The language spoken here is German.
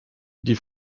die